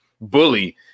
bully